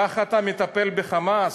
ככה אתה מטפל ב"חמאס"?